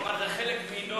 הוא אמר: זה חלק מינורי.